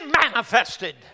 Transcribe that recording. manifested